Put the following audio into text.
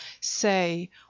say